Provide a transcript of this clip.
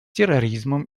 терроризмом